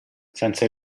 senza